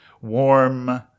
warm